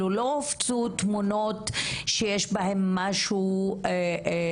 הישראלית באופן כללי היו רואים בו סכנה.